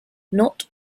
not